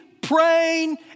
praying